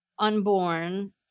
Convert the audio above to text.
unborn